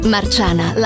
Marciana